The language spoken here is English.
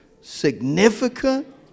significant